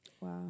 Wow